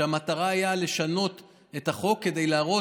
והמטרה הייתה לשנות את החוק כדי להראות,